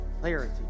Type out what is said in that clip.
clarity